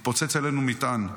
התפוצץ עלינו מטען.